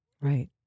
Right